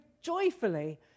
joyfully